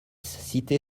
cité